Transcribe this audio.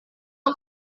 ada